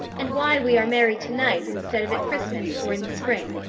and why we are married to-night instead of at christmas, or in the spring.